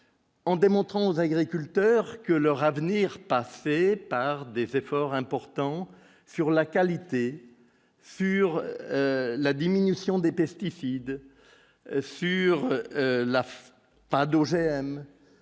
En démontrant aux agriculteurs que leur avenir passait par des efforts importants sur la qualité sur la diminution des pesticides sur la fin,